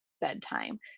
bedtime